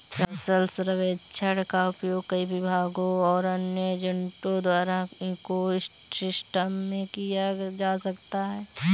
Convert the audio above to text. फसल सर्वेक्षण का उपयोग कई विभागों और अन्य एजेंटों द्वारा इको सिस्टम में किया जा सकता है